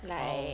oh